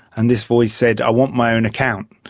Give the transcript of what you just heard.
and this voice said, i want my own account.